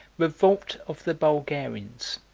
revolt of the bulgarians